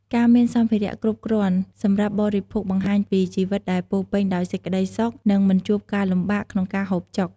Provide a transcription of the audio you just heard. ការមានសម្ភារៈគ្រប់គ្រាន់សម្រាប់បរិភោគបង្ហាញពីជីវិតដែលពោរពេញដោយសេចក្តីសុខ និងមិនជួបការលំបាកក្នុងការហូបចុក។